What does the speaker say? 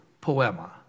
poema